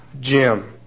Jim